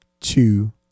two